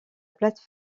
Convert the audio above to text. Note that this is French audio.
plate